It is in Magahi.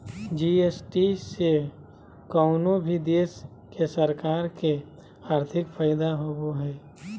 जी.एस.टी से कउनो भी देश के सरकार के आर्थिक फायदा होबो हय